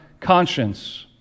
conscience